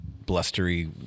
Blustery